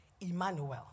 Emmanuel